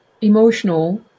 emotional